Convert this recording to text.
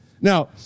Now